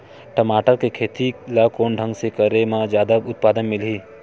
टमाटर के खेती ला कोन ढंग से करे म जादा उत्पादन मिलही?